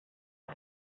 ist